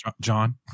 John